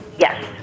Yes